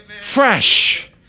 Fresh